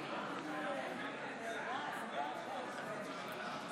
אדוני היושב-ראש, חברי הכנסת,